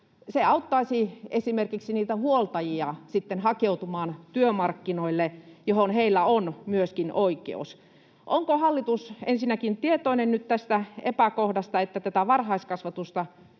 Se esimerkiksi auttaisi huoltajia sitten hakeutumaan työmarkkinoille, mihin heillä on myöskin oikeus. Onko hallitus ensinnäkin tietoinen nyt tästä epäkohdasta, että varhaiskasvatusta